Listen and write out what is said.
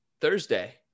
Thursday